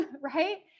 right